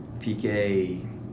PK